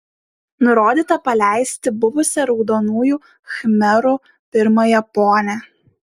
nurodyta paleisti buvusią raudonųjų khmerų pirmąją ponią